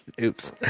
oops